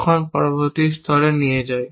তখন এটি পরবর্তী স্তরে নিয়ে যায়